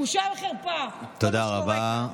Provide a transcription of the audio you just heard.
בושה וחרפה, תודה רבה.